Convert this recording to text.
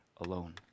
alone